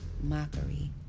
mockery